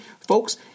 folks